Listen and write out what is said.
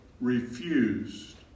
refused